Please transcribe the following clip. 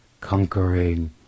conquering